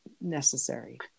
necessary